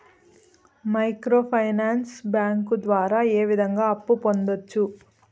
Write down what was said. micro finance bank ద్వారా ఏ విధంగా అప్పు పొందొచ్చు